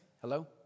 Hello